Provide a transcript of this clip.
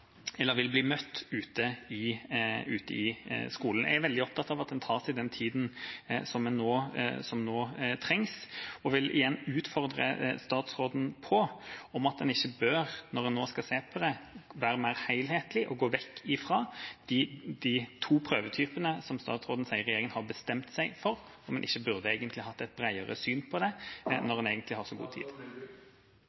vil bli møtt ute i skolen. Jeg er veldig opptatt av at man nå bruker den tida som trengs, og vil igjen utfordre statsråden på om man ikke bør, når man nå skal se på dette, være mer helthetlig og gå vekk fra de to prøvetypene som statsråden sier regjeringa har bestemt seg for – om man ikke burde hatt et bredere syn på det,